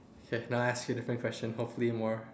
okay now I ask you a different question hopefully more